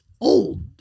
old